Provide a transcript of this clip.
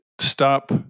stop